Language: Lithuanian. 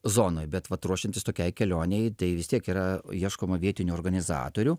zonoj bet vat ruošiantis tokiai kelionei tai vis tiek yra ieškoma vietinių organizatorių